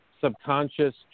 subconscious